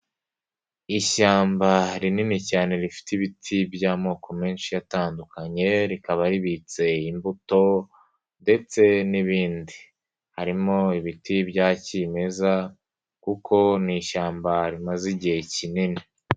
Ishyamba rinini cyane rifite ibiti by'amoko menshi atandukanye rikaba ribitse imbuto ndetse n'ibindi, harimo ibiti bya kimeza kuko n'ishyamba rimaze igihe kinini.